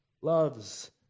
loves